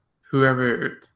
Whoever